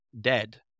dead